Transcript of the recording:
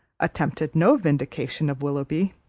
attempted no vindication of willoughby,